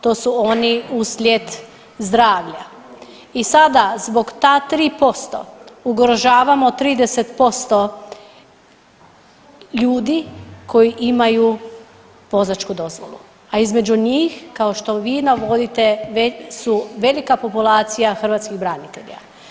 To su oni uslijed zdravlja i sada zbog ta tri posto ugrožavamo 30% ljudi koji imaju vozačku dozvolu, a između njih kao što vi navodite već su velika populacija hrvatskih branitelja.